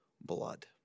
blood